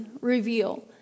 reveal